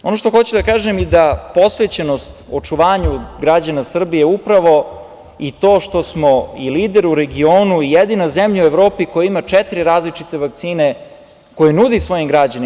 Ono što hoću da kažem je da je posvećenost očuvanju građana Srbije upravo i to što smo lider u regionu i jedina zemlja u Evropi koja ima četiri različite vakcine koje nudi svojim građanima.